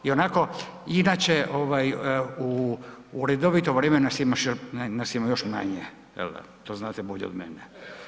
Ionako, inače u redovitom vremenu nas ima još manje, jel da, to znate bolje od mene.